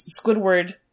Squidward